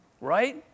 right